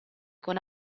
con